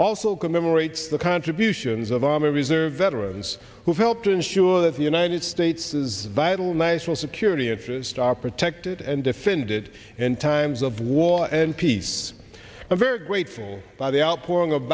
also commemorates the contributions of army reserve veterans who helped ensure that the ninety states is vital national security interest are protected and defended in times of war and peace i'm very grateful by the outpouring